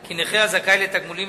כי "נכה הזכאי לתגמולים,